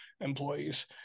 employees